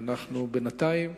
בינתיים,